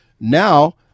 Now